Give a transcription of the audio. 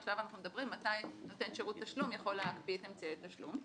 עכשיו אנחנו מדברים מתי נותן שרות תשלום יכול להקפיא את אמצעי תשלום.